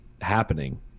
happening